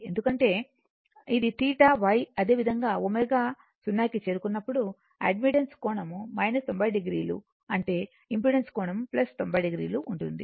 ఎందుకంటే ఇది θ Y అదేవిధంగా ω → 0 ఉన్నప్పుడు అడ్మిటెన్స్ కోణం 90 o అంటే ఇంపెడెన్స్ కోణం 90 o ఉంటుంది